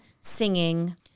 singing